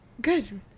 Good